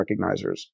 recognizers